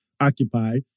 occupy